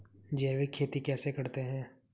जैविक खेती कैसे करते हैं?